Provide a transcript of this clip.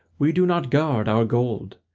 we do not guard our gold,